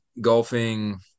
golfing